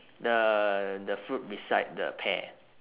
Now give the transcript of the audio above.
the the fruit beside the pear